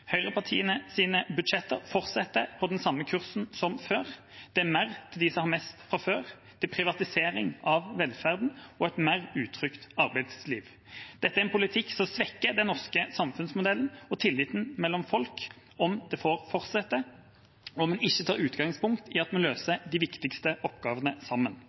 budsjetter fortsetter på den samme kursen som før. Det er mer til dem som har mest fra før, til privatisering av velferden og et mer utrygt arbeidsliv. Dette er en politikk som svekker den norske samfunnsmodellen og tilliten mellom folk om det får fortsette og vi ikke tar utgangspunkt i at vi løser de viktigste oppgavene sammen.